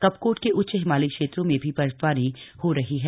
कपकोट के उच्च हिमालयी क्षेत्रों में भी बर्फबारी हो रही है